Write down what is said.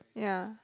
ya